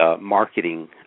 marketing